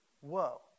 Whoa